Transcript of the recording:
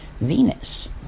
Venus